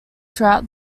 throughout